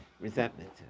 resentment